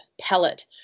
pellet